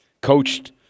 coached